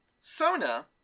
Sona